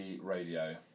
radio